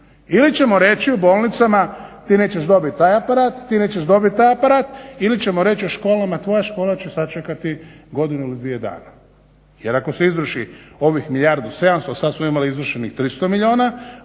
ili ćemo reći u bolnicama ti nećeš dobit taj aparat, ti nećeš dobit taj aparat, ili ćemo reći u školama tvoja škola će sačekati godinu ili dvije dana. Jer ako se izvrši ovih 1 700 milijuna, sad smo imali izvršenih 300 milijuna,